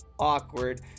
Awkward